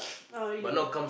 oh really ah